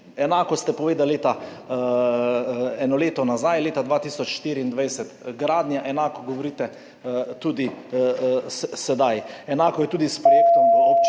Enako ste povedali eno leto nazaj, leta 2024, gradnja, enako govorite tudi sedaj. Enako je tudi s projektom v občini